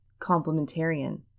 complementarian